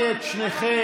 הבנתי את שניכם.